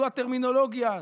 זו הטרמינולוגיה,